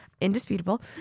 Indisputable